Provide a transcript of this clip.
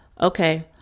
Okay